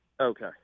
okay